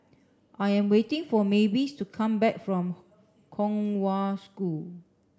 I am waiting for Mavis to come back from Kong Hwa School